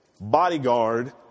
bodyguard